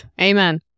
amen